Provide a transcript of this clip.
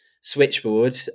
Switchboard